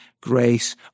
grace